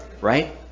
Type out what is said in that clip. Right